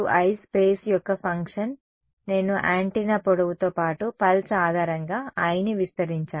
I space యొక్క function నేను antenna పొడవుతో పాటు పల్స్ ఆధారంగా I ని విస్తరించాను